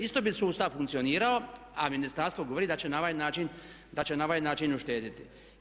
Isto bi sustav funkcionirao, a ministarstvo govori da će na ovaj način uštedjeti.